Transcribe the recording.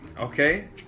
Okay